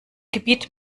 gebiet